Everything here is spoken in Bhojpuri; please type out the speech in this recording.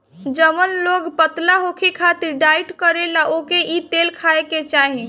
जवन लोग पतला होखे खातिर डाईट करेला ओके इ तेल खाए के चाही